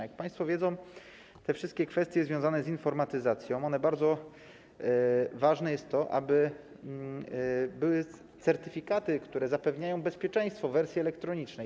Jak państwo wiedzą, we wszystkich kwestiach związanych z informatyzacją bardzo ważne jest to, aby były certyfikaty, które zapewniają bezpieczeństwo wersji elektronicznej.